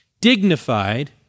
dignified